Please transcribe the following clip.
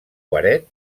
guaret